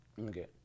Okay